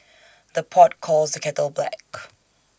the pot calls the kettle black